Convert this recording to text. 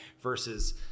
versus